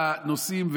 תרצו הפסקה, תקבלו.